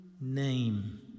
name